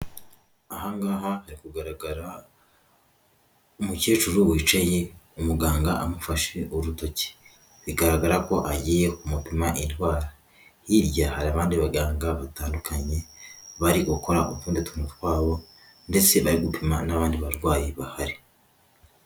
Aha ngaha hari kugaragara umukecuru wicaye umuganga amufashe urutoki, bigaragara ko agiye kumupima indwara. Hirya hari abandi baganga batandukanye bari gukora utundi tuntu twabo ndetse bari gupima n'abandi barwayi bahari.